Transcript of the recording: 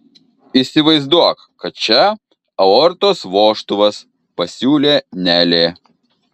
įsivaizduok kad čia aortos vožtuvas pasiūlė nelė